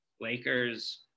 Lakers